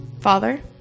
Father